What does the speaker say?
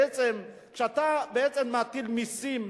בעצם כשאתה בעצם מטיל מסים,